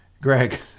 Greg